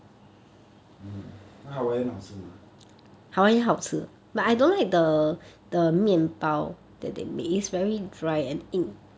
mm 那 hawaiian 好吃吗 !wah!